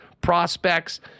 prospects